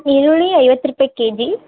ಈರುಳ್ಳಿ ಐವತ್ತು ರೂಪಾಯಿ ಕೆ ಜಿ